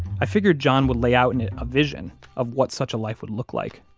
i figured john would lay out and a vision of what such a life would look like